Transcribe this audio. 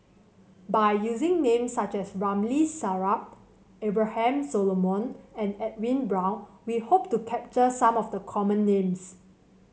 by using names such as Ramli Sarip Abraham Solomon and Edwin Brown we hope to capture some of the common names